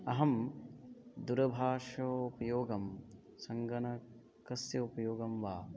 अहं दूरभाषोपयोगं सङ्गणकस्य उपयोगं वा